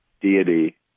deity